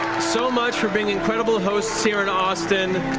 so much for being incredible hosts here in austin.